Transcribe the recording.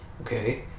Okay